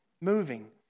Moving